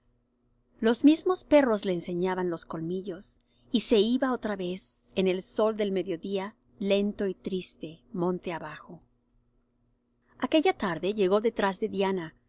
los mismos perros le enseñaban los colmillos y se iba otra vez en él sol del mediodía lento y triste monte abajo aquella tarde llegó detrás de diana